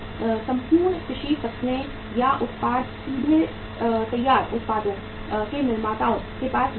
संपूर्ण कृषि फसलें या उत्पाद सीधे तैयार उत्पादों के निर्माताओं के पास नहीं जाते हैं